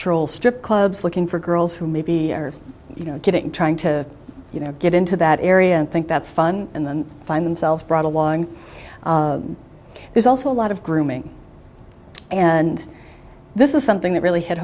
troll strip clubs looking for girls who may be you know getting trying to you know get into that area and think that's fun and then find themselves brought along there's also a lot of grooming and this is something that really hit